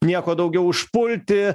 nieko daugiau užpulti